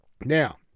Now